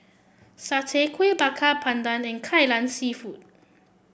satay Kuih Bakar Pandan and Kai Lan seafood